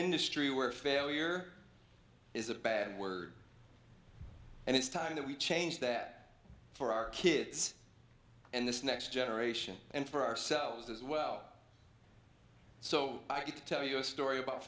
industry where failure is a bad word and it's time that we change that for our kids and this next generation and for ourselves as well so i get to tell you a story about